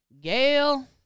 Gail